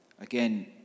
Again